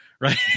right